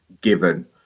given